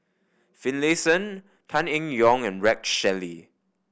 Finlayson Tan Eng Yoon and Rex Shelley